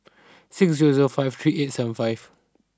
six zero zero five three eight seven five